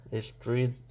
street